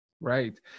Right